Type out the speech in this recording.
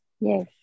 Yes